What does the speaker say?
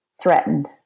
threatened